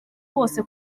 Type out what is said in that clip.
bose